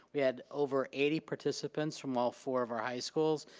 we had over eighty participants from all four of our high schools.